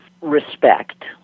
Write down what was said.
respect